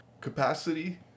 capacity